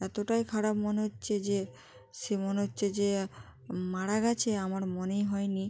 এতটাই খারাপ মনে হচ্ছে যে সে মনে হচ্ছে যে মারা গিয়েছে আমার মনেই হয়নি